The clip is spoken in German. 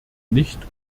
nicht